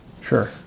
Sure